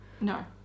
No